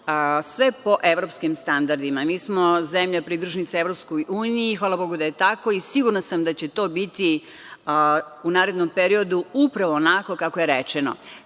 sve po evropskim standardima. Mi smo zemlja pridružnica EU, hvala Bogu da je tako, i sigurna sam da će to biti u narednom periodu upravo onako kako je rečeno. Šta